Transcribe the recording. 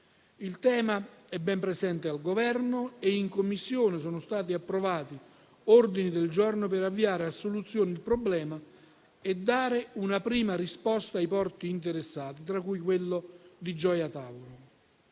Il tema è ben presente al Governo e in Commissione sono stati approvati ordini del giorno per avviare a soluzione il problema e dare una prima risposta ai porti interessati, tra cui quello di Gioia Tauro.